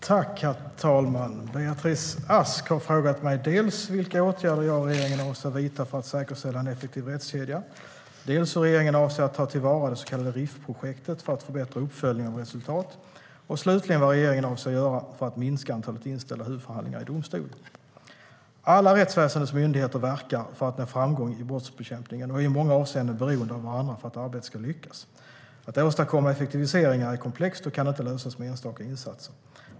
Herr talman! Beatrice Ask har frågat mig dels vilka åtgärder jag och regeringen avser att vidta för att säkerställa en effektiv rättskedja, dels hur regeringen avser att ta till vara det så kallade RIF-projektet för att förbättra uppföljningen av resultat. Slutligen har hon frågat vad regeringen avser att göra för att minska antalet inställda huvudförhandlingar i domstol. Alla rättsväsendets myndigheter verkar för att nå framgång i brottsbekämpningen och är i många avseenden beroende av varandra för att arbetet ska lyckas. Att åstadkomma effektiviseringar är komplext och kan inte lösas med enstaka insatser.